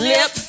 Lip